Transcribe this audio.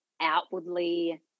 outwardly